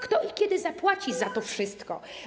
Kto i kiedy zapłaci za to wszystko?